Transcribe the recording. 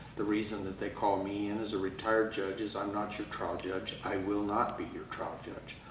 the reason that they call me in as a retired judge is i'm not your trial judge. i will not be your trial judge.